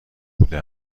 بوده